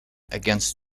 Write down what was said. against